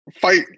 fight